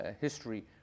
history